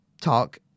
talk